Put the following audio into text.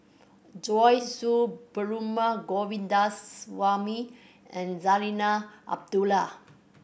Joyce Perumal Govindaswamy and Zarinah Abdullah